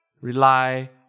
rely